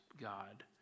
God